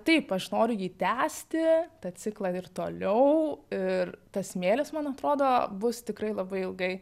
taip aš noriu jį tęsti tą ciklą ir toliau ir tas smėlis man atrodo bus tikrai labai ilgai